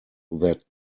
that